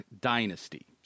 Dynasty